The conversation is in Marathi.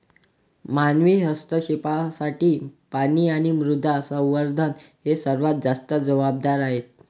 मानवी हस्तक्षेपासाठी पाणी आणि मृदा संवर्धन हे सर्वात जास्त जबाबदार आहेत